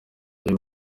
uyu